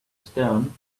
stone